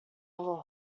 little